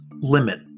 limit